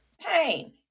pain